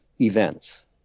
events